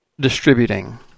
distributing